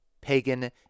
pagan